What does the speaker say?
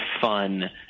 fun